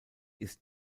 ist